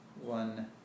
One